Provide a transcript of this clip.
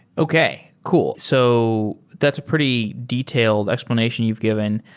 okay. cool. so that's a pretty detailed explanation you've given.